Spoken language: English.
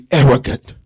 arrogant